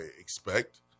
expect